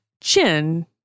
chin